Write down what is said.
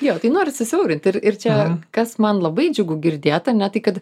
jo tai norisi susiaurint ir ir čia kas man labai džiugu girdėt ane tai kad